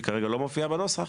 שכרגע לא מופיעה בנוסח,